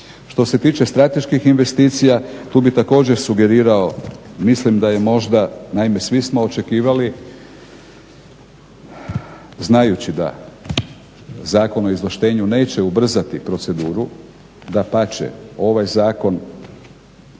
Što se tiče strateških investicija, tu bi također sugerirao mislim da je možda naime svi smo očekivali znajući da Zakon o izvlaštenju neće ubrzati proceduru, dapače ovaj zakon sa